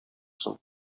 соң